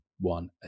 one